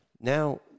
Now